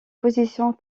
positions